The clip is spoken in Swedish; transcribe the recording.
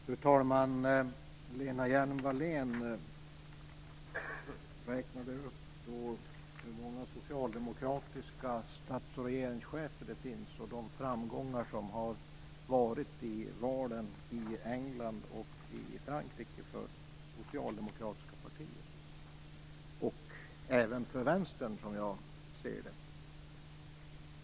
Fru talman! Lena Hjelm-Wallén räknade upp hur många socialdemokratiska stats och regeringschefer det finns och de framgångar som har varit i valen i England och Frankrike för socialdemokratiska partier och även för vänstern.